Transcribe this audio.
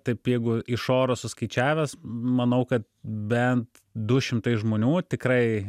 taip jeigu iš oro suskaičiavęs manau kad bent du šimtai žmonių tikrai